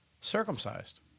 circumcised